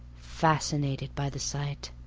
fascinated by the sight.